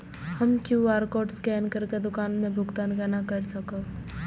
हम QR code scan करके दुकान में भुगतान केना कर सकब?